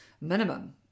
minimum